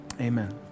amen